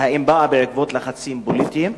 והאם באה בעקבות לחצים פוליטיים?